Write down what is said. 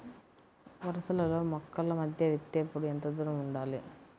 వరసలలో మొక్కల మధ్య విత్తేప్పుడు ఎంతదూరం ఉండాలి?